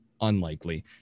Unlikely